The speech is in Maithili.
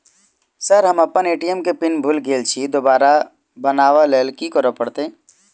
सर हम अप्पन ए.टी.एम केँ पिन भूल गेल छी दोबारा बनाब लैल की करऽ परतै?